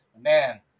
Man